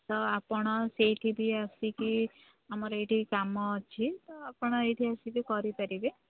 ତ ଆପଣ ସେଇଠି କି ଆସିକି ଆମର ଏଇଠି କାମ ଅଛି ତ ଆପଣ ଏଇଠି ଆସିକି କରିପାରିବେ